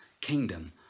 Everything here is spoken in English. kingdom